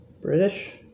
British